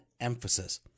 emphasis